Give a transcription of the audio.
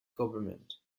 government